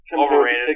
overrated